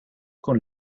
con